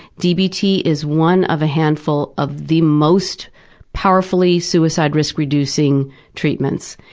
dbt is one of a handful of the most powerfully suicide-risk-reducing treatments.